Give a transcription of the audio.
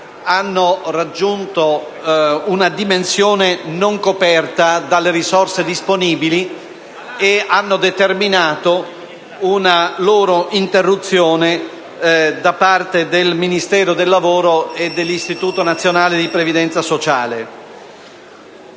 hanno raggiunto una dimensione non coperta dalle risorse disponibili, per cui si è determinata una loro interruzione da parte del Ministero del lavoro e dell'Istituto nazionale di previdenza sociale.